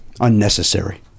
Unnecessary